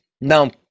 Now